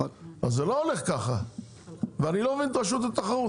אני לא מבין את רשות התחרות,